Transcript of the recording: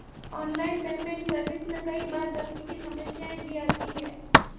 online payment service में कई बार तकनीकी समस्याएं भी आती है